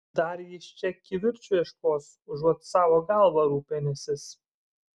dar jis čia kivirču ieškos užuot savo galva rūpinęsis